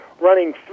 running